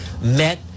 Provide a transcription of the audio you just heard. met